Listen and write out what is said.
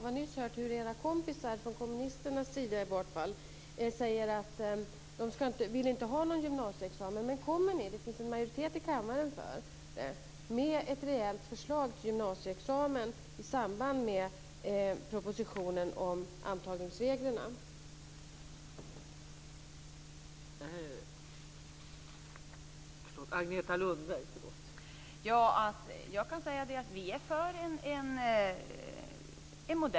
Vi har nyss hört hur era kompisar, i vart fall från kommunisternas sida, säger att de inte vill ha någon gymnasieexamen. Kommer ni med ett reellt förslag till gymnasieexamen i samband med propositionen om antagningsreglerna?